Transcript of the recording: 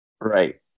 Right